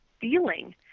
feeling